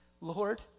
Lord